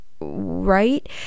right